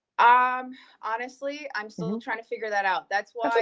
ah um honestly, i'm still trying to figure that out, that's why